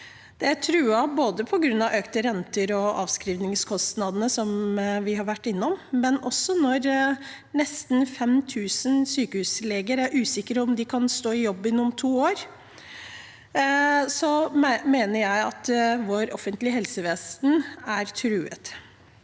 De er truet på grunn av økte renter og av avskrivningskostnadene, som vi har vært innom, men når nesten 5 000 sykehusleger er usikre på om de kan stå i jobben om to år, mener jeg også at vårt offentlige helsevesen er truet.